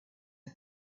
the